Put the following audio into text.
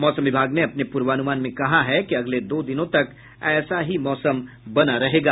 मौसम विभाग ने अपने पूर्वानुमान में कहा है कि अगले दो दिनों तक ऐसा ही मौसम बना रहेगा